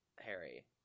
Harry